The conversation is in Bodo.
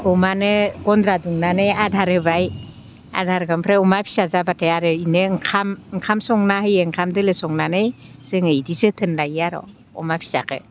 अमानो गन्द्रा दुमनानै आदार होबाय आदारखौ ओमफ्राय अमा फिसा जाबाथाय आरो बिनो ओंखाम संना होयो ओंखाम दोलो संनानै जोङो बिदि जोथोन लायो आरो अमा फिसाखौ